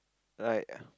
like